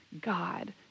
God